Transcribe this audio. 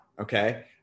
Okay